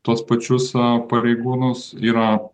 tuos pačius pareigūnus yra